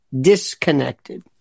disconnected